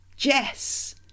Jess